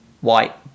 White